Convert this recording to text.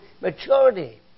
maturity